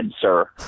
sir